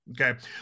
okay